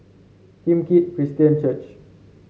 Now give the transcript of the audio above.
Kim Keat Christian Church